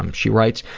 um she writes,